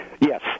Yes